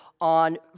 on